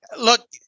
Look